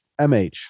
mh